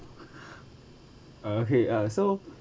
okay uh so